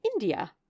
India